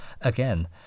again